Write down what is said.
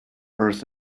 earth